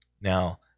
Now